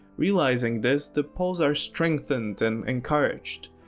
realizing this, the poles are strengthened and encouraged.